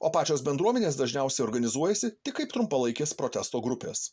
o pačios bendruomenės dažniausiai organizuojasi tik kaip trumpalaikės protesto grupės